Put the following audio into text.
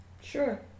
Sure